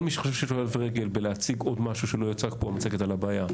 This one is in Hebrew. כל מי שחושב שיש לו להציג עוד משהו שלא יוצג פה במצגת על הבעיה,